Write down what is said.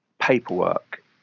paperwork